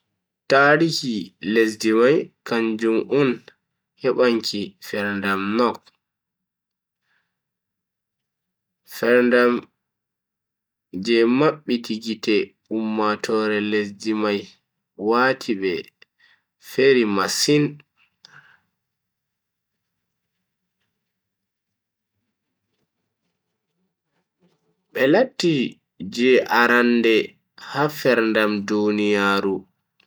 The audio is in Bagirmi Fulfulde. Tarihi lesdi mai kanjum on hebanki ferndam Nok. ferndam je mabbiti gite ummatoore lesdi mai wati be feri masin. be latti nder arande ha ferndam duniyaaru.